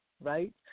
right